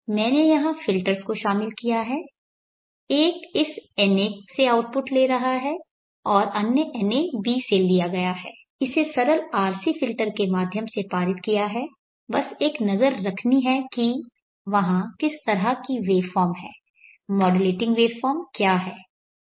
मैंने यहां फिल्टर्स को शामिल किया है एक इस nA से आउटपुट ले रहा है और अन्य nAb से लिया गया है इसे सरल RC फ़िल्टर के माध्यम से पारित किया है बस एक नज़र रखनी है कि वहां किस तरह की वेवफॉर्म है मॉड्यूलेटिंग वेवफॉर्म क्या है